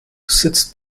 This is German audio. sitzt